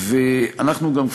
ואנחנו גם,